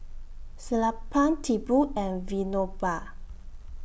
Sellapan Tipu and Vinoba